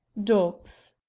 dogs!